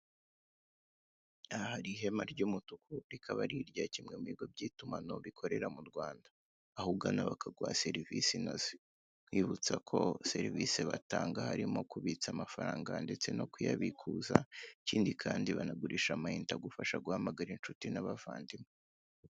Ahari ihema ry'umutuku rikaba ari irya kimwe mubigo by'itumanaho bikorera mu Rwamnda, aho ugana bakaguha serivise inoze, mbibutsa ko serivise batanga harimo kubitsa amafaranga ndetse no kuyabikuza ikindi kandi banagurisha n'amainite agufasha guhamagara inshuti n'abavandimwe.